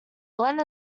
glen